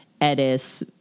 Edis